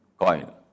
coin